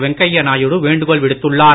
வெங்கையா நாயுடு வேண்டுகோள் விடுத்துள்ளார்